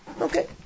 Okay